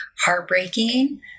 heartbreaking